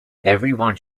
everyone